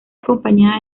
acompañada